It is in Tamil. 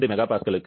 2 MPa க்கு